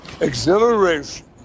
Exhilaration